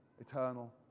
eternal